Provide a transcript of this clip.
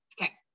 okay